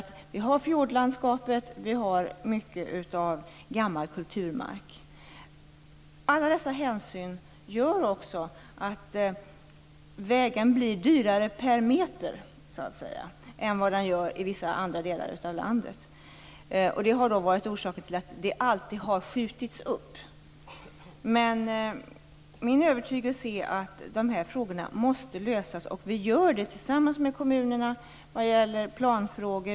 Vi har fjordlandskapet och mycket gammal kulturmark att ta hänsyn till. Alla dessa hänsyn gör att vägen blir dyrare per meter än i vissa andra delar av landet. Det är orsaken till att detta alltid har skjutits upp. Min övertygelse är att de här frågorna måste lösas. Vi gör det tillsammans med kommunerna vad gäller planfrågor.